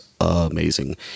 amazing